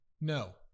no